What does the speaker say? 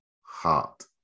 heart